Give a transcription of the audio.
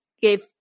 give